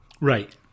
Right